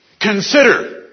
Consider